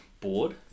bored